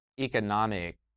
economic